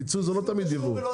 פיצוי זה לא תמיד יבוא.